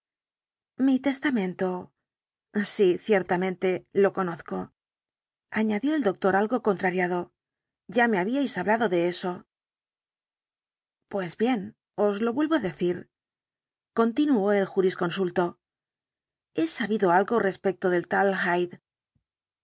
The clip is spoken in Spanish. mi testamento sí ciertamente lo conozco añadió el doctor algo contrariado ya me habíais hablado de eso pues bien os lo vuelvo á decir continuó el jurisconsulto he sabido algo respecto del tal